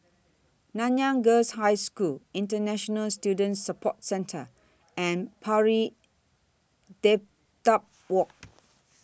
Nanyang Girls' High School International Student Support Centre and Pari Dedap Walk